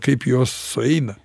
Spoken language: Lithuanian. kaip jos sueina